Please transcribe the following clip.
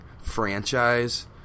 franchise